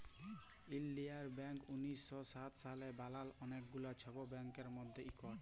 ইলডিয়াল ব্যাংক উনিশ শ সাত সালে বালাল অলেক গুলা ছব ব্যাংকের মধ্যে ইকট